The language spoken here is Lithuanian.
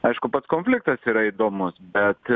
aišku pats konfliktas yra įdomus bet